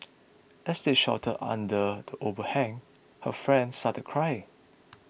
as they sheltered under the overhang her friend started crying